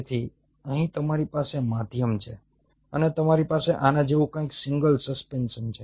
તેથી અહીં તમારી પાસે માધ્યમ છે અને તમારી પાસે આના જેવું કંઈક સિંગલ સસ્પેન્શન છે